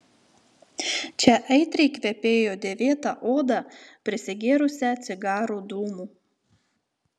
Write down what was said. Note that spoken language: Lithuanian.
čia aitriai kvepėjo dėvėta oda prisigėrusią cigarų dūmų